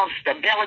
stability